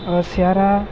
सेयारा